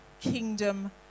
kingdom